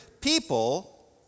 people